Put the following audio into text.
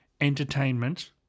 entertainment